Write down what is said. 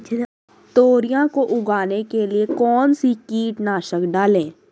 तोरियां को उगाने के लिये कौन सी कीटनाशक डालें?